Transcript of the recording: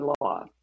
law